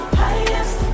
highest